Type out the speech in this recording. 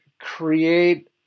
create